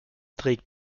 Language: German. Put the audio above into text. trägt